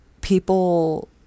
people